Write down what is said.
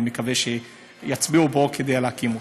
אני מקווה שיצביעו פה כדי להקים אותה.